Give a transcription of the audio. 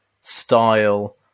style